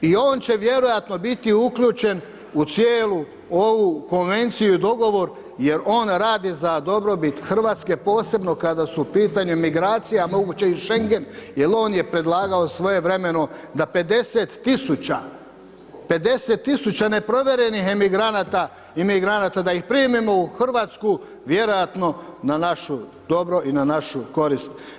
i on će vjerojatno biti uključen u cijelu ovu Konvenciju i dogovor jer on radi za dobrobit RH, posebno kada su u pitanju migracije, a moguće i Šengen jel on je predlagao svojevremeno da 50 000 neprovjerenih emigranata i imigranata, da ih primimo u RH, vjerojatno na našu dobro i na našu korist.